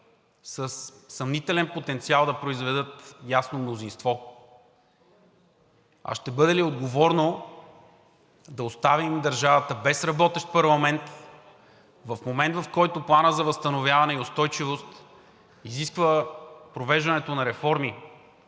със съмнителен потенциал да произведат ясно мнозинство? А ще бъде ли отговорно да оставим държавата без работещ парламент в момент, в който Планът за възстановяване и устойчивост изисква провеждането на реформи,